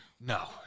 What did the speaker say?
No